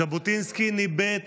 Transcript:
ז׳בוטינסקי ניבא את